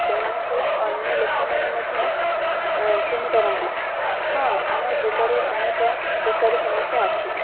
ସେମାନଙ୍କୁ ଅନ୍ୟ ଲୋକମାନେ ମଧ୍ୟ ଚିହ୍ନି ପାରନ୍ତି ହଁ ଆମ ଜିଲ୍ଲାରେ ଅନେକ ବେକାରୀ ସମସ୍ୟା ଅଛି